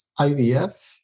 IVF